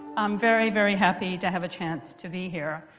i'm very, very happy to have a chance to be here.